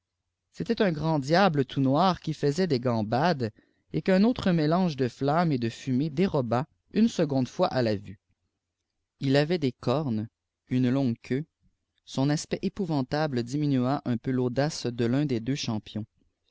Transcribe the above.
c'était un grand diable tofrt noir qui faisait des gambades et qu'un autre mélange de flammes et âj fumée déroba une seconde fois à la vue il avait des cornes iirie longue queue son aspect épouvntal diminua in peu l'audace de l'un des dbux champions